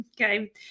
Okay